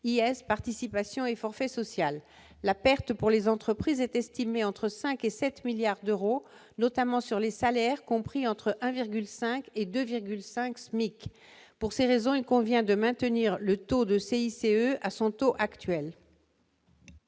yes participation est forfait social la perte pour les entreprises est estimé entre 5 et 7 milliards d'euros, notamment sur les salaires compris entre 1,5 et 2,5 SMIC pour ces raisons, il convient de maintenir le taux de CICE à son taux actuel.